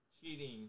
cheating